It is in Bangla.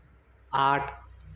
আট